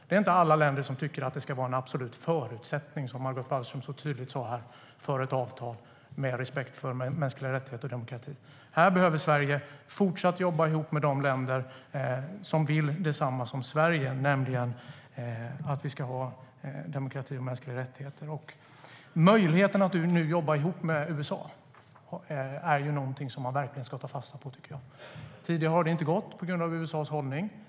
Det är inte alla länder som tycker att respekt för mänskliga rättigheter och demokrati ska vara en absolut förutsättning för ett avtal, som Margot Wallström sa så tydligt här. Här behöver Sverige fortsatt jobba ihop med de länder som vill detsamma som Sverige, nämligen att vi ska ha demokrati och mänskliga rättigheter. Möjligheten att jobba ihop med USA är något som jag tycker att man verkligen ska ta fasta på. Tidigare har det inte gått på grund av USA:s hållning.